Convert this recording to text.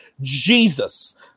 Jesus